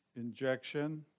injection